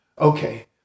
Okay